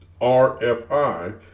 RFI